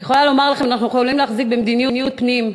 אני יכולה לומר לכם שאנחנו יכולים להחזיק במדיניות פנים,